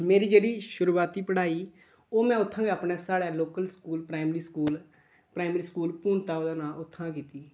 मेरी जेह्ड़ी शुरुआती पढ़ाई ओह् में उत्थै गै अपने साढ़ै local school primary school primary school भूंगता ओह्दा नांऽ उत्थैं दा कीती